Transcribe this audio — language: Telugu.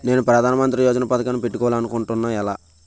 నేను ప్రధానమంత్రి యోజన పథకానికి పెట్టుకోవాలి అనుకుంటున్నా ఎలా?